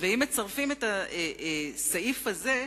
ואם מצרפים את הסעיף הזה,